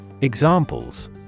Examples